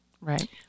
Right